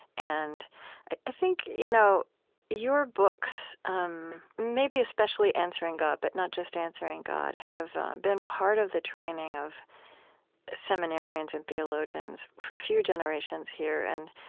and i think you know your books and um maybe especially answering god, but not just answering god, have been part of the training of seminarians and theologians for a few generations here. and